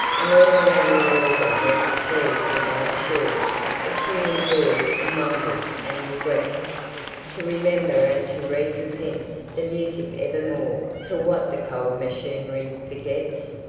and all around the organ there's a sea without a shore of human joys and wonders and regrets to remember and to recompense the music evermore for what the cold machinery forgets.